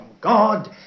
God